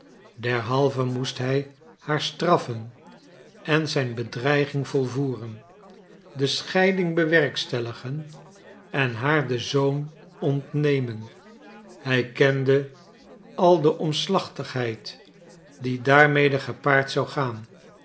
derhalve moest hij haar straffen en zijn bedreiging volvoeren de scheiding bewerkstelligen en haar den zoon ontnemen hij kende al de omslachtigheid die daarmede gepaard zou gaan